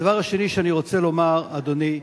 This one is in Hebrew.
הדבר השני שאני רוצה לומר, אדוני,